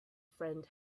friend